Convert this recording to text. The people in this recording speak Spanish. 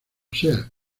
sea